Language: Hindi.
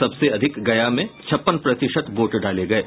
सबसे अधिक गया में छप्पन प्रतिशत वोट डाले गये